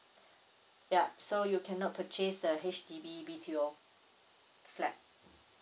yup so you cannot purchase the H_D_B B_T_O flat